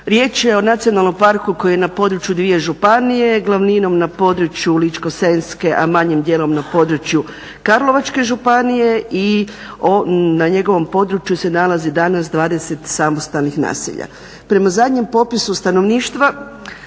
Riječ je o nacionalnom parku koji je na području dvije županije, glavninom na području Ličko-senjske, a manjim dijelom na području Karlovačke županije i na njegovom području se danas nalazi 20 samostalnih naselja. Prema zadnjem popisu stanovništva